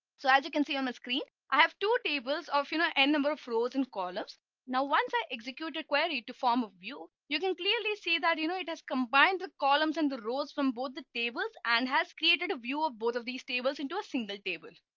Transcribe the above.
so as you can see on the screen, i have two tables of you are n number of rows and columns now once i execute a query to form a view you can clearly see that, you know, it has combined the columns and the rows from both the tables and has created a view of both of these tables into a single table.